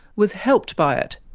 was helped by it.